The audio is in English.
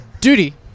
Duty